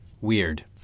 Weird